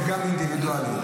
גם זה אינדיווידואלי.